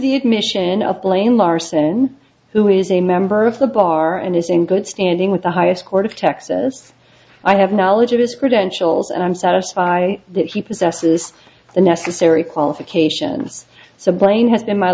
the admission of blame larson who is a member of the bar and is in good standing with the highest court of texas i have knowledge of his credentials and i'm satisfied that he possesses the necessary qualifications so blayne has been my